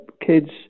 kids